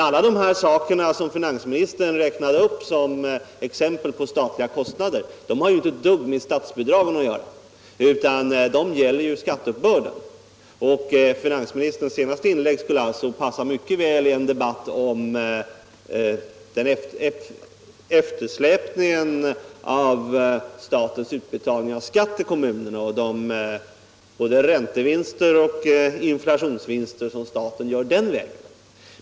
Alla dessa saker som finansministern räknat upp som exempel på statliga kostnader har inte ett dugg med statsbidragen att göra, utan de gäller ju skatteuppbörden. Finansministerns senaste inlägg skulle alltså passa mycket väl i en debatt om eftersläpningen av statens utbetalning av skatt till kommunerna och de räntevinster och inflationsvinster som staten gör den vägen.